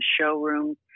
showroom